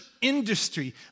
industry